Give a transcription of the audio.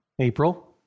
April